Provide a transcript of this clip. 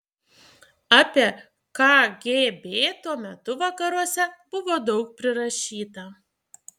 apie kgb tuo metu vakaruose buvo daug prirašyta